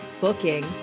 booking